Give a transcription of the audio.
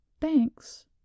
thanks